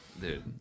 Dude